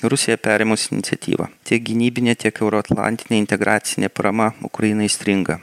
rusija perėmus iniciatyvą tiek gynybinė tiek euroatlantinė integracinė parama ukrainai stringa